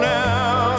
now